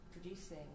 producing